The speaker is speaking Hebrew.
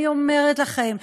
אני אומרת לכם,